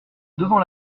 devant